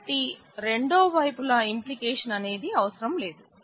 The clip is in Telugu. కాబట్టి రెండో వైపుల ఇంప్లికేషన్ అనేది అవసరం లేదు